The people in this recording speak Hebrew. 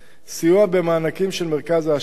סיוע במענקים של מרכז ההשקעות,